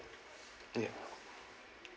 ya